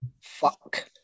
Fuck